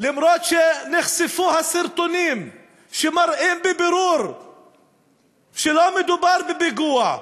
אף-על-פי שנחשפו הסרטונים שמראים בבירור שלא מדובר בפיגוע,